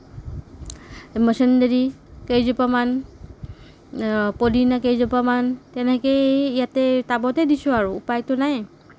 মচুন্দৰি কেইজোপা মান পদিনা কেইজোপামান তেনেকেই ইয়াতে টাবতেই দিছোঁ আৰু উপাইতো নাই